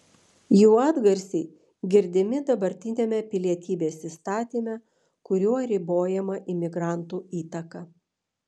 jų atgarsiai girdimi dabartiniame pilietybės įstatyme kuriuo ribojama imigrantų įtaka